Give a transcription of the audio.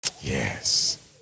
Yes